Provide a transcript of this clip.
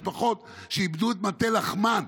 משפחות שאיבדו את מטה לחמן.